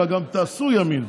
אלא גם תעשו ימין,